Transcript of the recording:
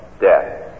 death